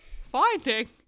finding